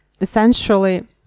essentially